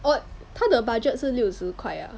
oh 他的 budget 是六十块呀